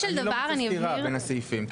אני לא מוצא סתירה בין הסעיפים,